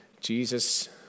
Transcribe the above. Jesus